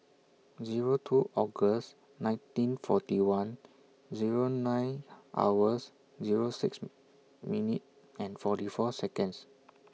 Zero two August nineteen forty one Zero nine hours Zero six minute and forty four Seconds